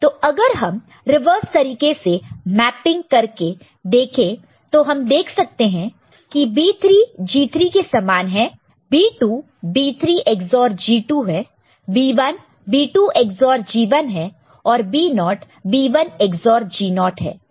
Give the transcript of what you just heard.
तो अगर हम रिवर्स तरीके से मैपिंग करके देखें तो हम देख सकते हैं की B3 G3 के समान है B2 B3 XOR G2 है B1 B2 XOR G1 है और B0 B1 XOR G0 है